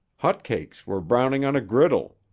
hotcakes were browning on a griddle,